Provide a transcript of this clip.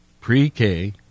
pre-K